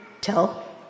tell